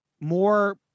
More